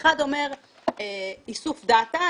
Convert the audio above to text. אחד אומר איסוף דאטה,